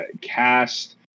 cast